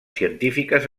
científiques